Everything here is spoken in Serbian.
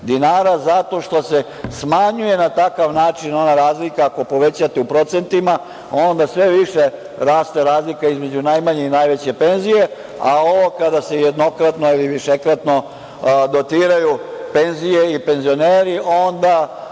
dinara, zato što se smanjuje na takav način ona razlika, ako povećate u procentima, onda sve više raste razlika između najmanje i najveće penzije, a ovo kada se jednokratno ili višekratno dotiraju penzije i penzioneri onda